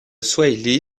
swahili